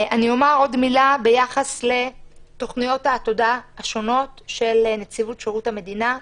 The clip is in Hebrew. אומר עוד מילה ביחס לתוכניות העתודה השונות של נציבות שירות המדינה.